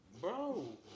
Bro